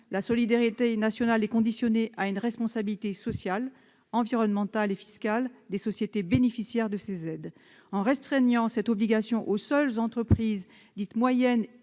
la solidarité nationale serait conditionnée à une responsabilité sociale, environnementale et fiscale des sociétés bénéficiaires. En restreignant le champ du dispositif aux seules entreprises dites moyennes